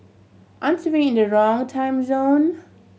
aren't we in the wrong time zone